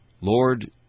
Lord